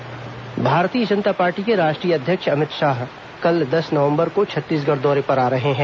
अमित शाह छत्तीसगढ़ भारतीय जनता पार्टी के राष्ट्रीय अध्यक्ष अमित शाह कल दस नवंबर को छत्तीसगढ़ दौरे पर आ रहे हैं